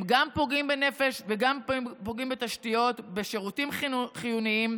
הם גם פוגעים בנפש וגם פוגעים בתשתיות ובשירותים חיוניים